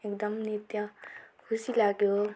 एकदम नृत्य खुसी लाग्यो